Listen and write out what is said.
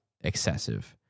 excessive